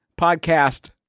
podcast